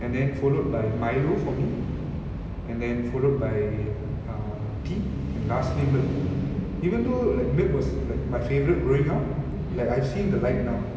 and then followed by milo for me and then followed by uh tea and lastly milk even though like milk was like my favourite growing up like I have seen the light now